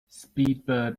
speedbird